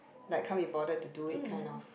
like can't be bothered to do it kind of